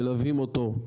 מלווים אותו,